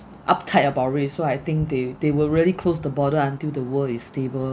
uptight about it so I think they they will really close the border until the world is stable